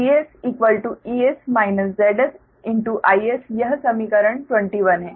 VsEs ZsIs यह समीकरण 21 है